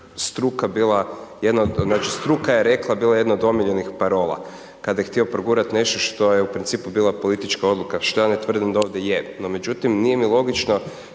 struka je rekla, bila je jedna od omiljenih parola. Kada je htio progurati nešto što je u principu bila politička odluka, šta ja ne tvrdim da ovdje je. No međutim, nije mi logično